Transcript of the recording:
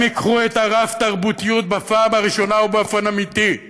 הם ייקחו את הרב-תרבותיות בפעם הראשונה ובאופן אמיתי,